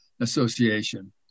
Association